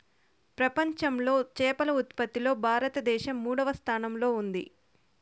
ప్రపంచంలో చేపల ఉత్పత్తిలో భారతదేశం మూడవ స్థానంలో ఉంది